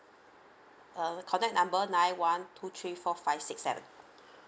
uh contact number nine one two three four five six seven